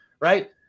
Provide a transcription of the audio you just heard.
Right